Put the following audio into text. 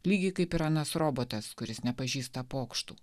lygiai kaip ir anas robotas kuris nepažįsta pokštų